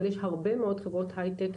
אבל יש הרבה מאוד חברות הייטק,